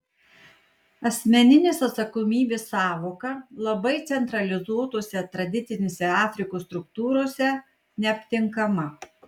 asmeninės atsakomybės sąvoka labai centralizuotose tradicinėse afrikos struktūrose neaptinkama